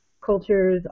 cultures